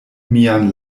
mian